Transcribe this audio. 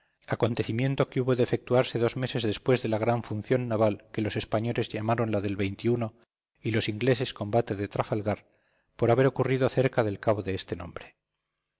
acontecimiento que hubo de efectuarse dos meses después de la gran función naval que los españoles llamaron la del y los ingleses combate de trafalgar por haber ocurrido cerca del cabo de este nombre